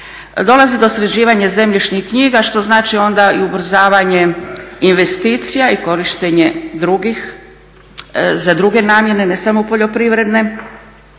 Dolazi do sređivanja zemljišnih knjiga što znači onda i ubrzavanje investicija i korištenje za druge namjene ne samo poljoprivredne